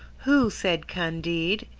who, said candide,